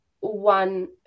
one